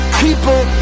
people